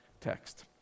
text